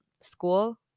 school